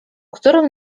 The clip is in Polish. którym